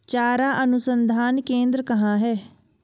चारा अनुसंधान केंद्र कहाँ है?